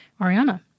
Ariana